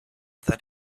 that